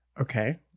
Okay